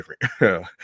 different